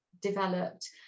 developed